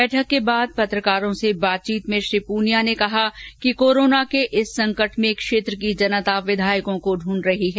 बैठक के बाद पत्रकारों से बातचीत में श्री पूनिया ने कहा कि कोरोना के इस संकट में क्षेत्र की जनता विधायकों को दूंढ रही है